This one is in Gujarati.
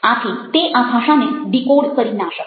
આથી તે આ ભાષાને ડિકોડ કરી ના શકે